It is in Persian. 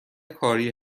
کاری